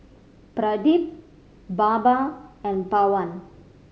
Pradip Baba and Pawan